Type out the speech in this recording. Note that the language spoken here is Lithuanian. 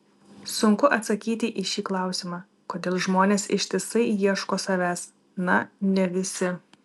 sunku atsakyti į šį klausimą kodėl žmonės ištisai ieško savęs na ne visi